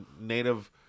native